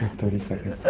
thirty seconds!